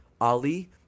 Ali